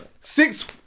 Six